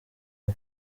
ubu